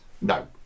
no